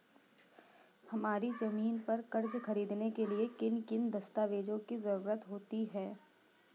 हमारी ज़मीन पर कर्ज ख़रीदने के लिए किन किन दस्तावेजों की जरूरत होती है?